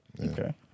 Okay